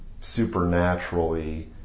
supernaturally